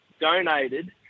donated